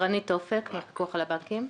גרניט אופק, הפיקוח על הבנקים.